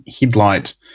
headlight